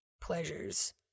pleasures